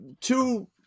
two